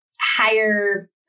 higher